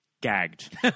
gagged